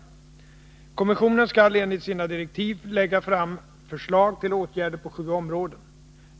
Kommissionen skall enligt sina direktiv lägga fram förslag till åtgärder på sju områden.